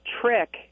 trick